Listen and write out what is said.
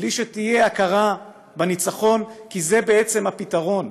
בלי שתהיה הכרה בניצחון, כי זה בעצם הפתרון.